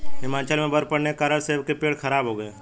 हिमाचल में बर्फ़ पड़ने के कारण सेब के पेड़ खराब हो गए